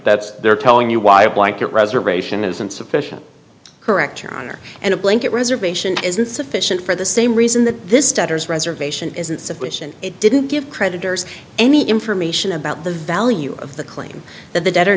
that's they're telling you why a blanket reservation isn't sufficient correct your honor and a blanket reservation is not sufficient for the same reason that this starters reservation is insufficient it didn't give creditors any information about the value of the claim that the de